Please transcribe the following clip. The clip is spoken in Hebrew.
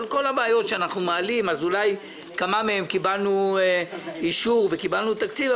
ילדים - אולי בכמה מהדברים קיבלנו אישור וקיבלנו תקציב,